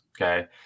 okay